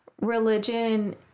religion